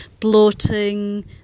bloating